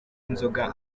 inzoga